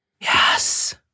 Yes